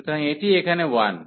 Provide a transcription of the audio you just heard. সুতরাং এটি এখানে 1